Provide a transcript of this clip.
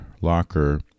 Locker